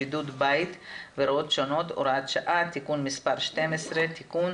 (בידוד בית והוראות שונות) (הוראת שעה) (תיקון מס' 12) (תיקון),